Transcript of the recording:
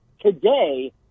today